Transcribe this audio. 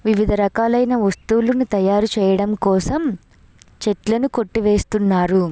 వివిధ రకాలైన వస్తువులను తయారు చేయడం కోసం చెట్లను కొట్టి వేస్తున్నారు